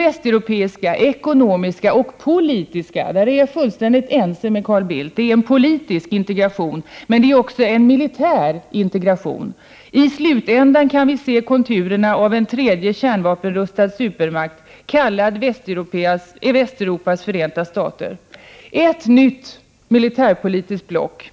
Jag är fullständigt ense med Carl Bildt om att detta är en politisk integration, men det är också en militär integration. I slutändan kan vi se konturerna av en tredje kärnvapenrustad supermakt kallad Västeuropas förenta stater, ett nytt militärpolitiskt block.